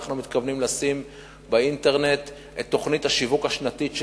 אנחנו מתכוונים לשים באינטרנט את תוכנית השיווק השנתית שלנו,